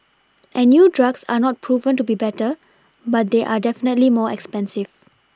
and new drugs are not proven to be better but they are definitely more expensive